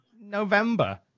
November